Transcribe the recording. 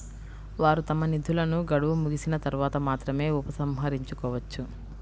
వారు తమ నిధులను గడువు ముగిసిన తర్వాత మాత్రమే ఉపసంహరించుకోవచ్చు